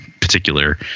particular